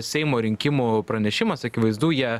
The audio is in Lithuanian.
seimo rinkimų pranešimas akivaizdu jie